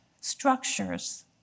structures